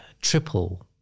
triple